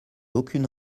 aucune